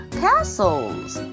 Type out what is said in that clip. castles